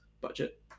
budget